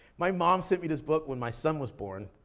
my mom sent me this book when my son was born,